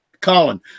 Colin